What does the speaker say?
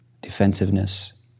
defensiveness